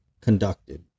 conducted